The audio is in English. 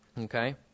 Okay